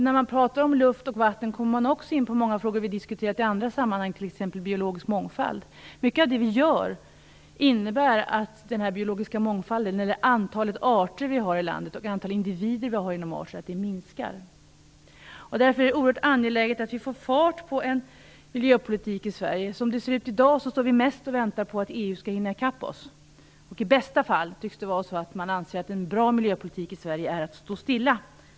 När man pratar om luft och vatten kommer man också in på många frågor vi diskuterat i andra sammanhang, t.ex. biologisk mångfald. Mycket av det vi gör innebär att den biologiska mångfalden, antalet arter vi har i landet och antalet individer vi har inom arterna minskar. Därför är det oerhört angeläget att vi får fart på miljöpolitiken i Sverige. Som det ser ut i dag står vi mest och väntar på att EU skall hinna i kapp oss. I bästa fall tycks det vara så att man anser att en bra miljöpolitik i Sverige är att stå stilla.